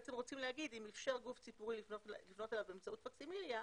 בעצם רוצים לומר שאם אפשר גוף ציבורי לפנות אליו באמצעות פקסימיליה,